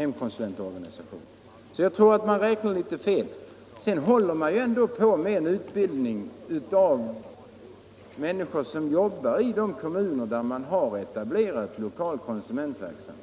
hemkonsulentorganisationen. Jag tror därför att moderaterna räknar litet fel. Vidare håller konsumentverket på med utbildning av de människor som jobbar i de kommuner där man har etablerat lokal konsumentverksamhet.